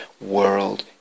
world